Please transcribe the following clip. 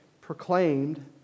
proclaimed